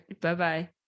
bye-bye